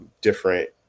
different